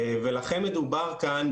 ולכן מדובר כאן,